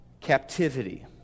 captivity